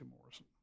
Morrison